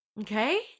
okay